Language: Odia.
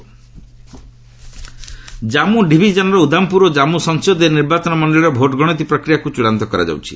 ଜେକେ କାଉଣ୍ଟିଂ ଜାମ୍ମୁ ଡିଭିଜନର ଉଦ୍ଦାମପୁର ଓ କାମ୍ମୁ ସଂସଦୀୟ ନିର୍ବାଚନ ମଣ୍ଡଳୀର ଭୋଟ୍ ଗଣତି ପ୍ରକ୍ରିୟାକୁ ଚୂଡ଼ାନ୍ତ କରାଯାଉଛି